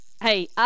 Hey